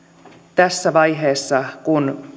tässä vaiheessa kun